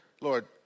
Lord